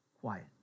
Quiet